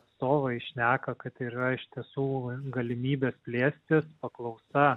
atstovai šneka kad tai yra iš tiesų galimybės plėstis paklausa